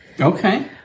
Okay